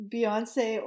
Beyonce